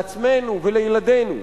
לעצמנו ולילדינו.